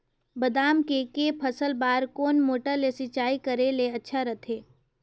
बादाम के के फसल बार कोन मोटर ले सिंचाई करे ले अच्छा रथे?